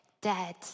dead